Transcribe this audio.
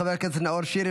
חבר הכנסת נאור שירי,